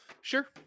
sure